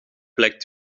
lekt